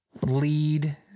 lead